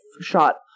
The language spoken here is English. shot